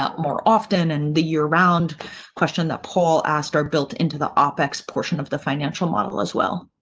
ah more often in and the year round question that paul asked are built into the op ex portion of the financial model as well.